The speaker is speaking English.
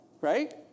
right